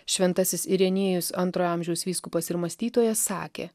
šventasis irenijus antrojo amžiaus vyskupas ir mąstytojas sakė